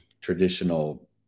traditional